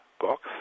box